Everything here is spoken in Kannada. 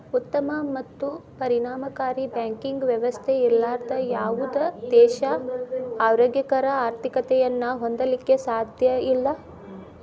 ಉತ್ತಮ ಮತ್ತು ಪರಿಣಾಮಕಾರಿ ಬ್ಯಾಂಕಿಂಗ್ ವ್ಯವಸ್ಥೆ ಇರ್ಲಾರ್ದ ಯಾವುದ ದೇಶಾ ಆರೋಗ್ಯಕರ ಆರ್ಥಿಕತೆಯನ್ನ ಹೊಂದಲಿಕ್ಕೆ ಸಾಧ್ಯಇಲ್ಲಾ